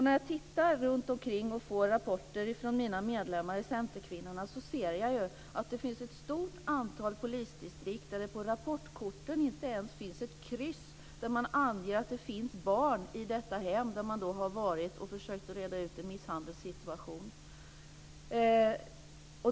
När jag tittar runtomkring och får rapporter från mina medlemmar i Centerkvinnorna ser jag att det finns ett stort antal polisdistrikt där det på rapportkorten inte ens finns en ruta där man med ett kryss anger att det finns barn i ett hem där man varit och försökt reda ut en misshandelssituation.